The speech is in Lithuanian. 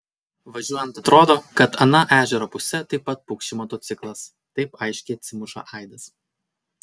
važiuojant atrodo kad ana ežero puse taip pat pukši motociklas taip aiškiai atsimuša aidas